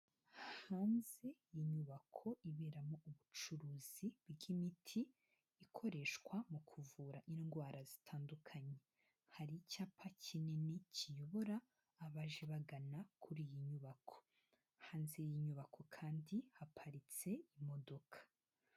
Hanze iyi nyubako iberamo ubucuruzi bw'imiti ikoreshwa mu kuvura indwara zitandukanye, hari icyapa kinini kiyobora abaje bagana kuri iyi nyubako, hanze y'inyubako kandi haparitse imodoka.